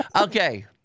Okay